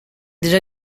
déjà